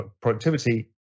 Productivity